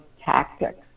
tactics